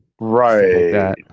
right